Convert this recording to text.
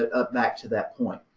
ah back to that point.